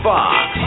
Fox